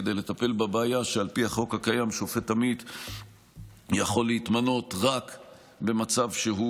כדי לטפל בבעיה שעל פי החוק הקיים שופט עמית יכול להתמנות רק במצב שהוא